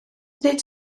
nid